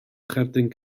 cherdyn